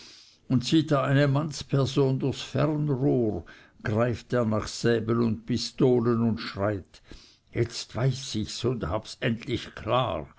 und sieht er eine mannsperson durchs fernrohr greift er nach säbel und pistolen und schreit jetzt weiß ichs und habs endlich klar